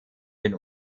den